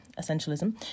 essentialism